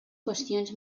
qüestions